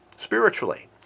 spiritually